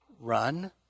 Run